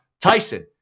Tyson